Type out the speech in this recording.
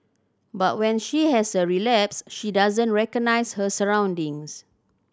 but when she has a relapse she doesn't recognise her surroundings